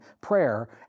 prayer